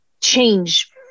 change